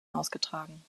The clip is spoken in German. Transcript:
ausgetragen